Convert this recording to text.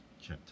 chapter